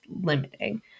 limiting